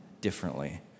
differently